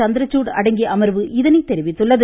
சந்திரசூட் அடங்கிய அமர்வு இதனை தெரிவித்துள்ளது